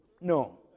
No